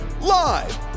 Live